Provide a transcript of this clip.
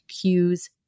cues